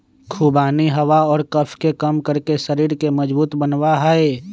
खुबानी हवा और कफ के कम करके शरीर के मजबूत बनवा हई